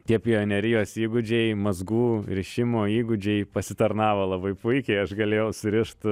tie pionerijos įgūdžiai mazgų rišimo įgūdžiai pasitarnavo labai puikiai aš galėjau surišt